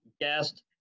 guest